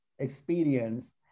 experience